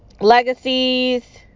legacies